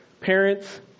parents